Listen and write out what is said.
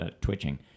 twitching